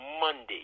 Monday